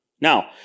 Now